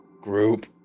group